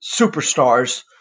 superstars